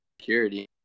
security